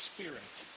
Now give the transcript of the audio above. Spirit